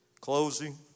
Closing